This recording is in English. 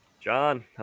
John